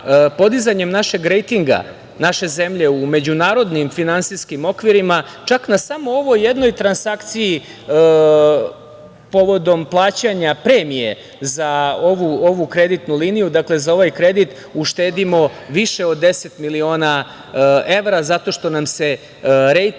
podizanjem rejtinga naše zemlje u međunarodnim finansijskim okvirima čak na samo ovoj jednoj transakciji povodom plaćanja premije za ovu kreditnu liniju, dakle za ovaj kredit, uštedimo više od 10 miliona evra, zato što nam se rejting